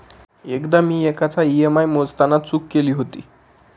एकदा मी एकाचा ई.एम.आय मोजताना चूक केली होती